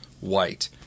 white